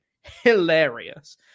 hilarious